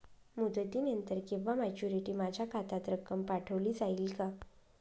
मुदतीनंतर किंवा मॅच्युरिटी माझ्या खात्यात रक्कम पाठवली जाईल का?